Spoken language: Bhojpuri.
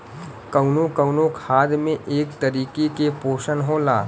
कउनो कउनो खाद में एक तरीके के पोशन होला